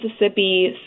Mississippi